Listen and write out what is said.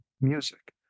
music